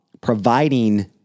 providing